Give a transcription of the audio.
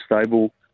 stable